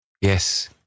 Yes